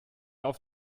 auf